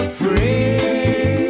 free